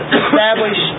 establish